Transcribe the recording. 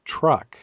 Truck